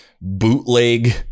bootleg